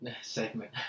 segment